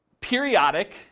periodic